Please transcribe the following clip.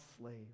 slave